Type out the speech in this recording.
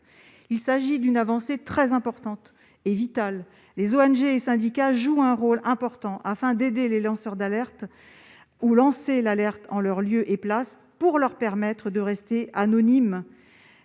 Il s'agit d'une avancée très importante, et vitale. Les ONG et syndicats jouent un rôle important afin d'aider les lanceurs d'alerte ou de lancer l'alerte en leur lieu et place pour leur permettre de rester anonymes,